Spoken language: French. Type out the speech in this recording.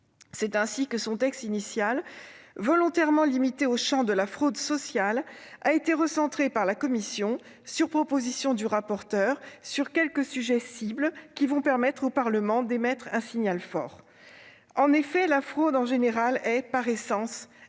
C'est ainsi que le texte initial, volontairement limité au champ de la fraude sociale, a été recentré par la commission, sur proposition du rapporteur, sur quelques sujets cibles, qui permettront au Parlement d'émettre un signal fort. En effet, la fraude en général est, par essence,